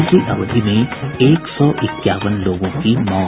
इसी अवधि में एक सौ इक्यावन लोगों की मौत